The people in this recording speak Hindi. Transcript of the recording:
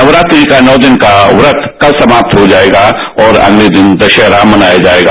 नवरात्री का नौ दिन का प्रत कल समाप्त हो जाएगा और अगले दिन दशहरा मनाया जाएगा